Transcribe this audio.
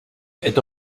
est